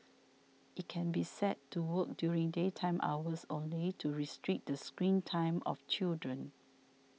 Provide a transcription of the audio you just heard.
it can be set to work during daytime hours only to restrict the screen time of children